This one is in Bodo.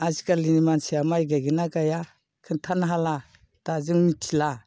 आजिखालिनि मानसिया माइ गायगोन ना गाया खोनथानो हाला दा जों मिथिला